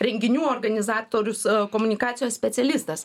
renginių organizatorius komunikacijos specialistas